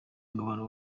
abantu